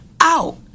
out